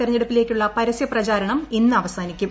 തെരഞ്ഞെടുപ്പിലേക്കുള്ള പരസ്യപ്രചാരണം ഇന്ന് അവസാനിക്കും